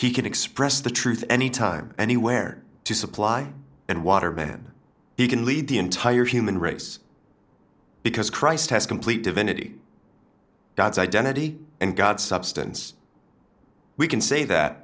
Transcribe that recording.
he can express the truth anytime anywhere to supply and water men he can lead the entire human race because christ has complete divinity dots identity and god substance we can say that